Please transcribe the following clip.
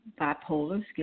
bipolar